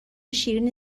شیرین